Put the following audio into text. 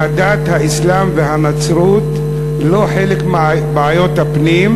דת האסלאם והנצרות הן לא חלק מבעיות הפנים,